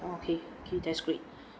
okay okay that's great